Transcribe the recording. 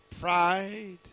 pride